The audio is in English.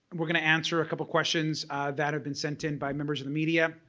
we're going to answer a couple questions that have been sent in by members of the media.